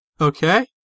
okay